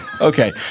Okay